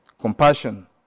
compassion